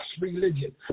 religion